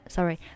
Sorry